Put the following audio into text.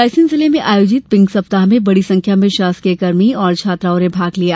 रायसेन जिले में आयोजित पिंक सप्ताह में बड़ी संख्या में शासकीय कर्मी और छात्राओं ने भाग लिया